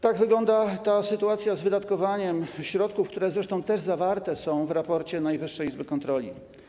Tak wygląda sytuacja z wydatkowaniem środków, co zresztą też zawarte jest w raporcie Najwyższej Izby Kontroli.